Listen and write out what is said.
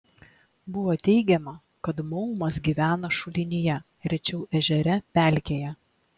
buvo teigiama kad maumas gyvena šulinyje rečiau ežere pelkėje